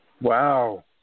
Wow